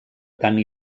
tant